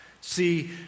See